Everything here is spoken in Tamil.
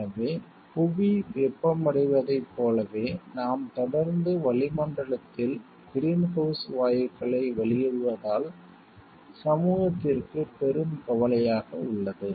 எனவே புவி வெப்பமடைவதைப் போலவே நாம் தொடர்ந்து வளிமண்டலத்தில் கிரீன்ஹவுஸ் வாயுக்களை வெளியிடுவதால் சமூகத்திற்கு பெரும் கவலையாக உள்ளது